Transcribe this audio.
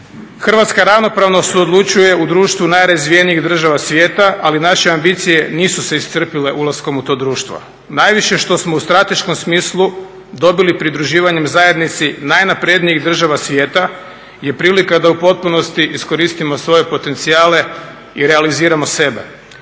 Hrvatska ravnopravno suodlučuje u društvu najrazvijenijih država svijeta, ali naše ambicije nisu se iscrpile ulaskom u to društvo. Najviše što smo u strateškom smislu dobili pridruživanjem zajednici najnaprednijih država svijeta je prilika da u potpunosti iskoristimo svoje potencijale i realiziramo sebe.